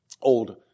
old